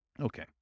Okay